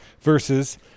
Versus